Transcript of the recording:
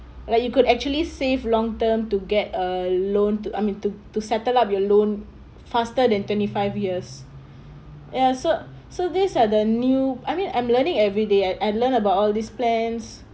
like you could actually save long term to get a loan I mean to to settle up your loan faster than twenty five years ya so so these are the new I mean I'm learning every day I learn about all these plans